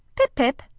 pip! pip!